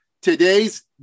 Today's